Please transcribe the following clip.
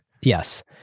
Yes